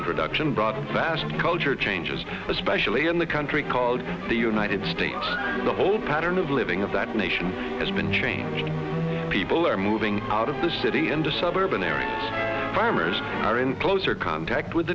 introduction brought fast culture changes especially in the country called the united states the whole pattern of living of that nation has been changed people are moving out of the city into suburban areas farmers are in closer contact with